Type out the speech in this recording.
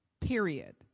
period